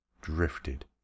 drifted